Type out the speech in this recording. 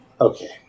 Okay